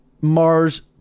Mars